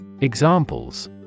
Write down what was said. Examples